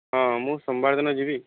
ହଁ ମୁଁ ସୋମବାରଦିନ ଯିବି